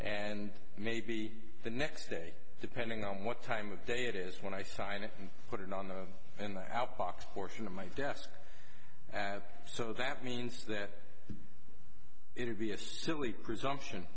and maybe the next day depending on what time of day it is when i sign it and put it on the outbox portion of my desk so that means that it would be a silly presumption